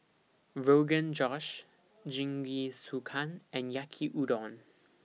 Rogan Josh Jingisukan and Yaki Udon